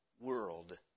world